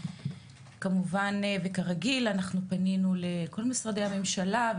כמובן וכרגיל אנחנו פנינו לכל משרדי הממשלה,